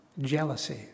Jealousy